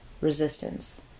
resistance